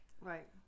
Right